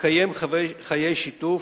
ולקיים חיי שיתוף,